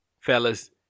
fellas